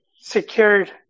secured